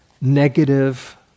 negative